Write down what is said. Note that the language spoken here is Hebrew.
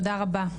תודה רבה.